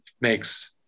makes